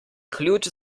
ključ